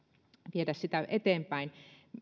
viedä sitä eteenpäin